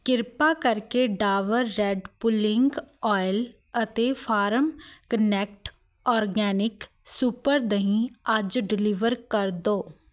ਕਿਰਪਾ ਕਰ ਕੇ ਡਾਵਰ ਰੈੱਡ ਪੁਲਿੰਗ ਔਇਲ ਅਤੇ ਫਾਰਮ ਕਨੈਕਟ ਔਰਗੈਨਿਕ ਸੁਪਰ ਦਹੀਂ ਅੱਜ ਡਿਲੀਵਰ ਕਰ ਦਿਓ